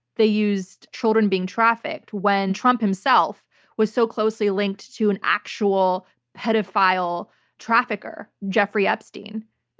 they used children being trafficked, when trump himself was so closely linked to an actual pedophile trafficker, jeffrey epstein.